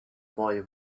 boy